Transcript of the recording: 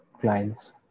clients